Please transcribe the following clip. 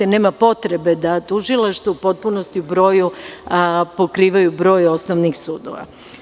Nema potrebe da tužilaštvo u potpunosti u broju pokrivaju broj osnovnih sudova.